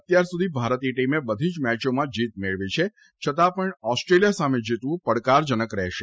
અત્યાર સુધી ભારતીય ટીમે બધી જ મેચોમાં જીત મેળવી છે છતાં પણ ઓસ્ટ્રેલિયા સામે જીતવું પડકારજનક રહેશે